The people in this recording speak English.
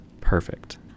Perfect